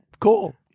cool